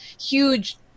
huge